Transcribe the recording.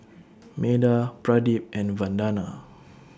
Medha Pradip and Vandana